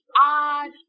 odd